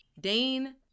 Dane